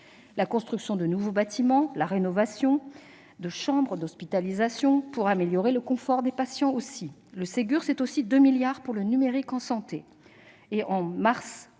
la construction de nouveaux bâtiments ou encore la rénovation de chambres d'hospitalisation pour améliorer le confort des patients. Enfin, le Ségur c'est aussi 2 milliards d'euros pour le numérique en santé.